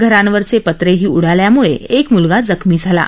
घरांवरचे पत्रेही उडाल्यामुळं एक मुलगा जखमी झाला आहे